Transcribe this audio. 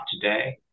today